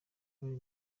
bari